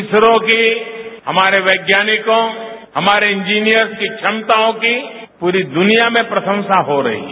इसरो के हमारे वैज्ञानिकों हमारे इंजीनियर्स की क्षमताओं की पूरी दुनिया में प्रशंसा हो रही है